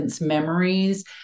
memories